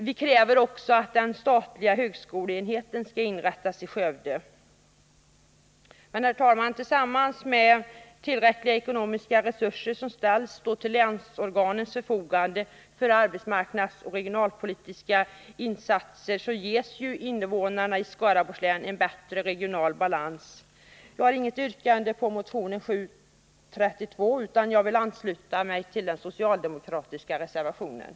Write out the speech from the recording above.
Vi kräver också att en statlig högskoleenhet skall inrättas i Skövde. Herr talman! Tillsammans med tillräckliga ekonomiska resurser, som ställts till länsorganens förfogande för arbetsmarknadsoch regionalpolitiska insatser, ger detta invånarna i Skaraborgs län en bättre regional balans. Jag har inget yrkandet i fråga om motion 732. Jag ansluter mig till yrkandet om bifall till de socialdemokratiska reservationerna.